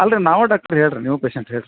ಅಲ್ರಿ ನಾವು ಡಾಕ್ಟ್ರ ಹೇಳ್ರಿ ನೀವೇ ಪೇಶೆಂಟ್ ಹೇಳ್ರಿ